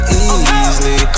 easily